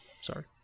Sorry